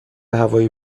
هوایی